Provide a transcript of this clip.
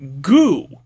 goo